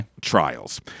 trials